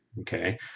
okay